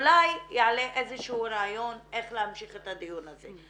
אולי יעלה איזשהו רעיון איך להמשיך את הדיון הזה.